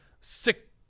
sick